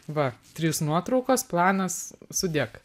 va trys nuotraukos planas sudėk